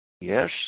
yes